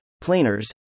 planers